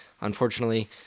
Unfortunately